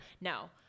No